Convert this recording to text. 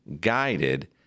guided